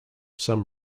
some